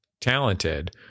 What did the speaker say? talented